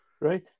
right